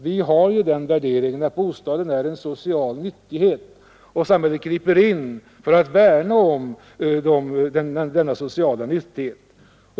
Vi har den värderingen att bostaden är en social nyttighet, och samhället griper in för att värna om denna sociala nyttighet.